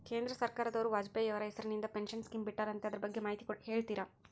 ಕೇಂದ್ರ ಸರ್ಕಾರದವರು ವಾಜಪೇಯಿ ಅವರ ಹೆಸರಿಂದ ಪೆನ್ಶನ್ ಸ್ಕೇಮ್ ಬಿಟ್ಟಾರಂತೆ ಅದರ ಬಗ್ಗೆ ಮಾಹಿತಿ ಹೇಳ್ತೇರಾ?